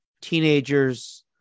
teenagers